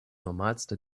normalste